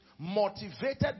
motivated